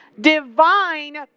Divine